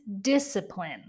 discipline